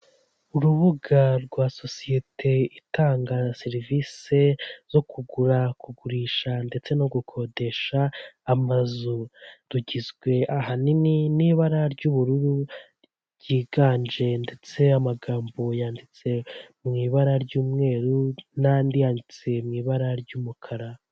Urubuga rwa sosiyete itanga na serivisi zo kugura, kugurisha ndetse no gukodesha amazu. Rugizwe ahanini n'ibara ry'ubururu ryiganje ndetse amagambo yanditse mu ibara ry'umweru n'andi yanditse mu ibara ry'umukara.